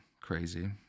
crazy